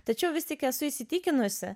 tačiau vis tik esu įsitikinusi